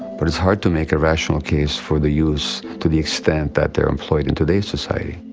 but it's hard to make a rational case for the use to the extent that they're employed in today's society.